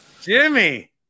Jimmy